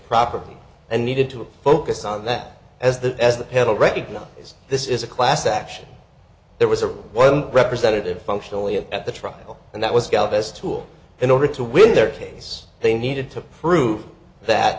property and needed to focus on that as the as the panel recognized this is a class action there was a one representative functionally at the trial and that was gal best tool in order to win their case they needed to prove that